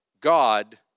God